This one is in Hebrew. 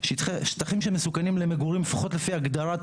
3 בישוב כוללות המון שטחים חקלאיים שאם רק ירצו אותם תושבים שמגדלים